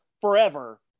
forever